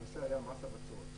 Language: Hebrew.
הנושא היה מס הבצורת.